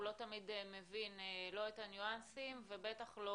הוא לא תמיד מבין את הניואנסים ובטח לא